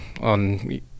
on